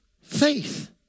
faith